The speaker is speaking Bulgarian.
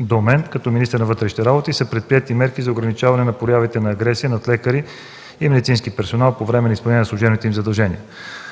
до мен, като министър на вътрешните работи, са предприети мерки за ограничаване на проявите на агресия над лекари и медицински персонал по време на изпълнение на служебните им задължения.